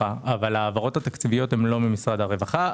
הרווחה אבל ההעברות התקציביות הן לא ממשרד הרווחה.